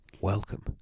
Welcome